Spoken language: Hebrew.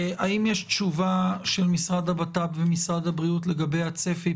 האם יש תשובה של המשרד לבט"פ ומשרד הבריאות לגבי הצפי?